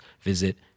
visit